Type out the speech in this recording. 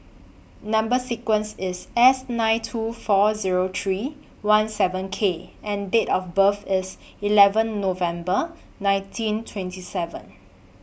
Number sequence IS S nine two four Zero three one seven K and Date of birth IS eleven November nineteen twenty seven